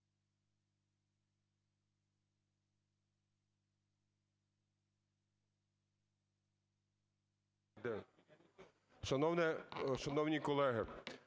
Дякую.